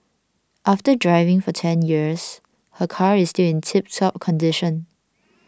after driving for ten years her car is still in tiptop condition